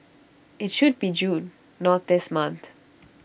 IT should be June not this month